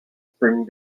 spring